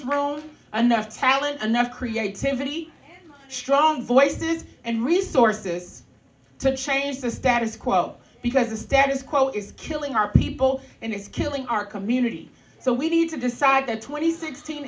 room enough talent enough creativity strong voices and resources to change the status quo because the status quo is killing our people and it's killing our community so we need to decide that twenty sixteen